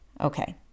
Okay